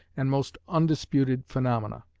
and most undisputed phaenomena.